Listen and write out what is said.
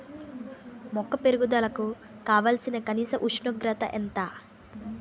మొక్క పెరుగుదలకు కావాల్సిన కనీస ఉష్ణోగ్రత ఎంత?